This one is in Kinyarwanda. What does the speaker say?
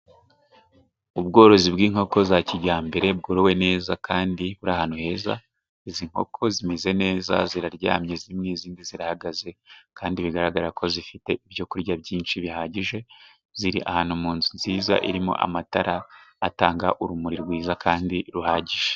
Ubworozi bw'inkoko za kijyambere bworowe neza kandi buri ahantu heza, izi nkoko zimeze neza ziraryamye zimwe izindi zirahagaze kandi bigaragara ko zifite ibyokurya byinshi bihagije, ziri ahantu mu nzu nziza irimo amatara atanga urumuri rwiza kandi ruhagije.